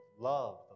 love